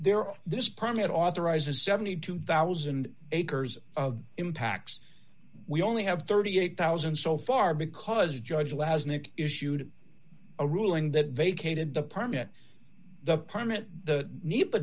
they're on this permit authorizes seventy two thousand acres of impacts we only have thirty eight thousand so far because a judge allows nick issued a ruling that vacated the permit the permit the need